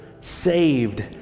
saved